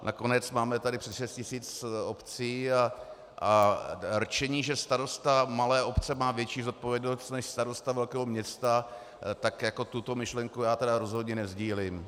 Nakonec máme tady přes 6 tisíc obcí a rčení, že starosta malé obce má větší zodpovědnost než starosta velkého města, tak tuto myšlenku já rozhodně nesdílím.